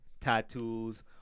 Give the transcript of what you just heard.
tattoos